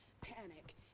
Panic